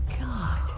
god